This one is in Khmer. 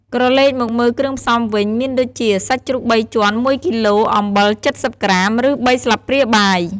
ក្រឡេកមកមើលគ្រឿងផ្សំវិញ មានដូចជា សាច់ជ្រូកបីជាន់ ១គីឡូ អំបិល ៧០ក្រាម ឬ ៣ស្លាបព្រាបាយ។